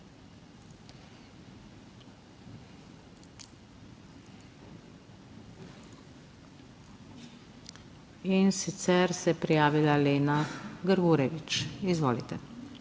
In sicer se je prijavila Lena Grgurevič. Izvolite.